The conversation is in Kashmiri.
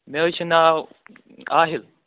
مےٚ حظ چھِ ناو عاہل